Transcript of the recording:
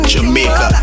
Jamaica